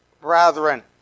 brethren